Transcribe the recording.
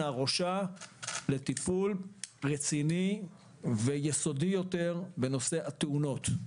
הראשה לטיפול רציני ויסודי יותר בנושא התאונות.